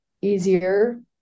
easier